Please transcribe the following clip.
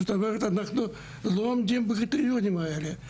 זאת אומרת שאנחנו לא עומדים בקריטריונים האלו,